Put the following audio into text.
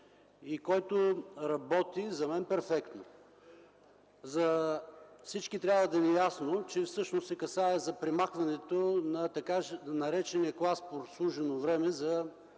и който работи, според мен, перфектно. На всички трябва да ни е ясно, че всъщност се касае за премахването на така наречения клас „прослужено време” за